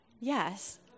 Yes